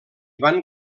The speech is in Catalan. van